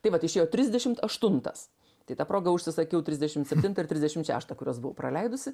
tai vat išėjo trisdešimt aštuntas tai ta proga užsisakiau trisdešimt septintą ir trisdešimt šeštą kuriuos buvau praleidusi